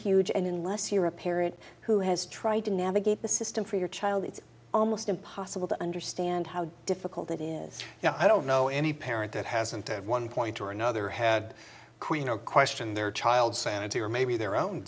huge and unless you're a parent who has tried to navigate the system for your child it's almost impossible to understand how difficult it is you know i don't know any parent that hasn't at one point or another had queen or questioned their child sanity or maybe their own